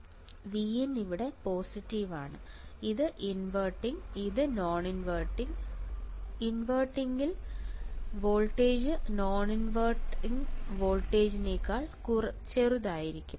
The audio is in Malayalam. Vin ഇവിടെ പോസിറ്റീവ് ആണ് ഇത് ഇൻവെർട്ടിംഗ് ഇത് നോൺ ഇൻവെർട്ടിംഗ് ഇൻവെർട്ടിംഗിൽ വോൾട്ടേജ് നോൺവെർട്ടിംഗ് വോൾട്ടേജിനേക്കാൾ ചെറുതായിരിക്കും